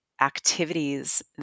activities